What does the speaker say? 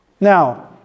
Now